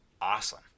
awesome